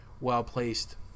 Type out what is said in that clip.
well-placed